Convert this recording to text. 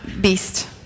beast